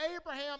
Abraham